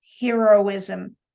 heroism